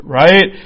right